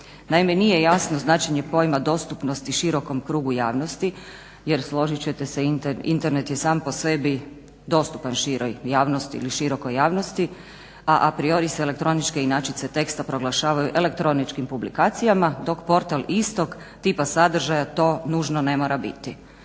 Naime, nije jasno značenje pojma dostupnosti širokom krugu javnosti jer složit ćete se Internet je sam po sebi dostupan široj javnosti ili širokoj javnosti, a a priori se elektroničke inačice teksta proglašavaju elektroničkim publikacijama dok portal istok tipa sadržaja to nužno ne mora biti.